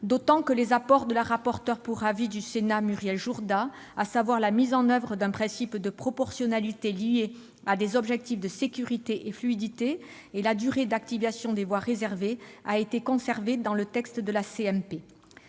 d'autant que les apports de la rapporteur pour avis du Sénat, Muriel Jourda, à savoir la mise en oeuvre d'un principe de proportionnalité liée à des objectifs de sécurité et de fluidité et à la durée d'activation des voies réservées, ont été conservés dans le texte de la